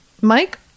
Mike